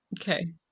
okay